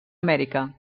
amèrica